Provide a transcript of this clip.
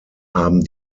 haben